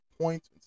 points